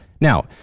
Now